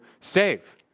save